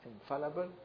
Infallible